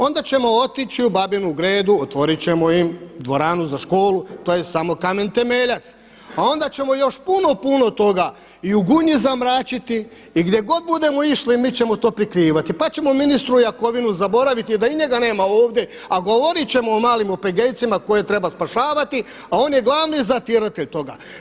Onda ćemo otići u Babinu Gredu otvorit ćemo im dvoranu za školu, to je samo kamen temeljac, a onda ćemo još puno, puno toga i u Gunji zamračiti i gdje god budemo išli mi ćemo to prikrivati, pa ćemo ministra Jakovinu zaboraviti da i njega nema ovdje, a govorit ćemo o malim OPG-ima koje treba spašavati, a on je glavni zatiratelj toga.